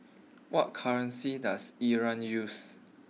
what currency does Iran use